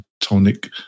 tonic